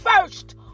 first